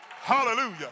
Hallelujah